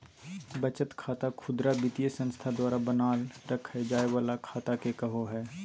बचत खाता खुदरा वित्तीय संस्था द्वारा बनाल रखय जाय वला खाता के कहो हइ